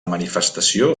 manifestació